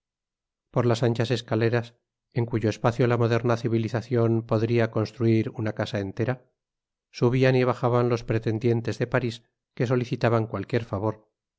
por las anchas escaleras en cuyo espacio la moderna civilizacion podría construir una casa entera subian y bajaban los pretendientes de parís que solicitaban cualquier favor